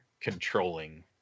controlling